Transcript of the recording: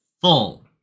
full